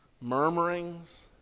murmurings